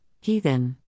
heathen